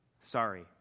Sorry